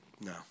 No